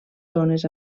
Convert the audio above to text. zones